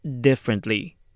differently